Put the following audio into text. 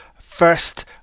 first